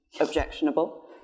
objectionable